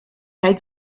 had